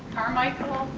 carmichael.